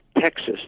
Texas